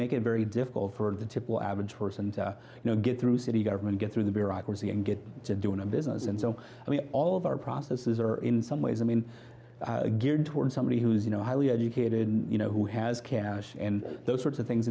make it very difficult for the typical average person you know get through city government get through the bureaucracy and get to doing a business and so i mean all of our processes are in some ways i mean geared toward somebody who is you know highly educated you know who has cash and those sorts of things